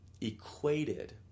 equated